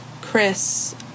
Chris